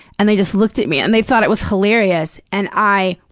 and they just looked at me and they thought it was hilarious. and i.